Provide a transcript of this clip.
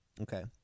Okay